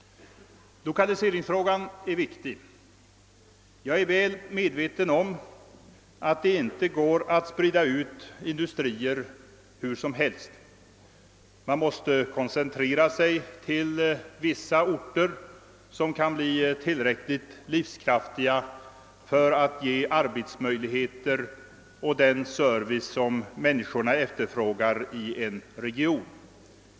Lokaliseringsfrågan är viktig. Jag är väl medveten om att det inte går att sprida ut industrier hur som helst. Man måste koncentrera sig till vissa orter, som kan bli tillräckligt livskraftiga för att ge arbetsmöjligheter och den service som människor efterfrågar i en region.